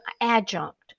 adjunct